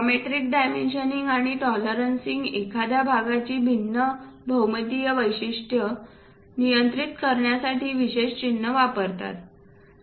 geometric dimensioning आणि tolerancing एखाद्या भागाची भिन्न भौमितीय वैशिष्ट्ये नियंत्रित करण्यासाठी विशेष चिन्हे वापरतात